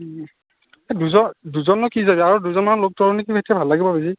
দুজন দুজননো কি যাবি আৰু দুজনমানক লগ ধৰোঁ নেকি তেতিয়া ভাল লাগিব বেছি